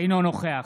אינו נוכח